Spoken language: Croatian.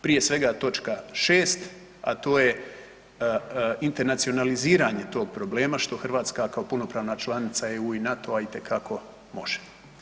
Prije svega točka 6., a to je internacionaliziranje tog problema što Hrvatska kao punopravna članica EU i NATO-a itekako može.